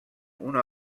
una